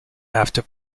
after